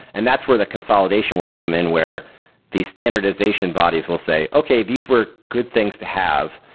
and that's where the consolidation will come in where the standardization bodies will say, okay, these were good things to have.